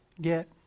get